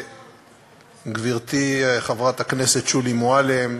גברתי חברת הכנסת שולי מועלם,